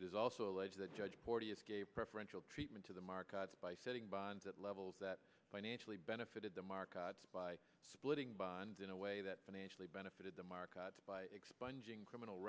it is also alleged that judge porteous gave preferential treatment to the markets by setting bonds at levels that financially benefited the markets by splitting bonds in a way that financially benefited the markets by expunging criminal